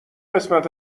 قسمت